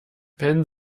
wenn